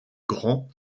grand